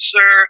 Sir